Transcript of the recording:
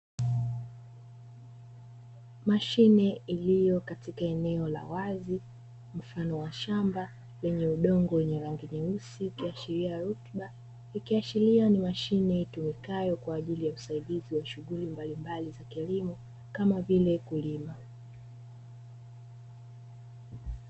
Mashine iliyo katika eneo la wazi mfano wa shama lenye udongo wenye rangi nyeusi ikiashiria rutuba, ikiashiria ni mashine itumikayo kwajili ya usaidizi wa shughuli mbalimbali za kilimo kamavile kulima.